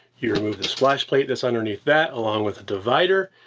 you remove the splash plate that's underneath that, along with the divider,